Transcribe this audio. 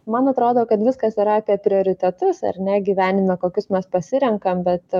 man atrodo kad viskas yra apie prioritetus ar ne gyvenime kokius mes pasirenkam bet